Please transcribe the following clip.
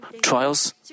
trials